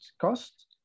cost